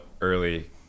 early